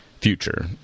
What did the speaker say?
future